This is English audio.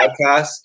podcast